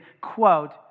quote